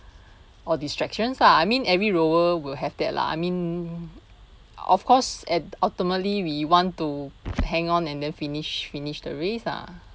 or distractions lah I mean every rower will have that lah I mean of course at ultimately we want to hang on and then finish finish the race ah